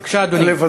בבקשה, אדוני.